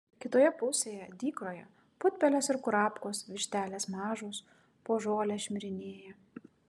kitoje pusėje dykroje putpelės ir kurapkos vištelės mažos po žolę šmirinėja